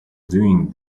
doing